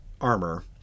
armor